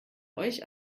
euch